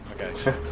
Okay